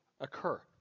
occur